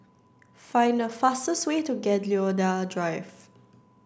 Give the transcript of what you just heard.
find the fastest way to Gladiola Drive